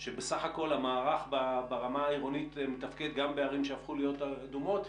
שבסך הכול המערך ברמה העירונית מתפקד גם בערים שהפכו להיות אדומות,